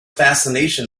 fascination